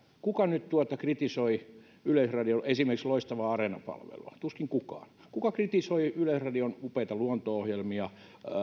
kuka nyt kritisoi esimerkiksi yleisradion loistavaa areena palvelua tuskin kukaan kuka kritisoi yleisradion upeita luonto ohjelmia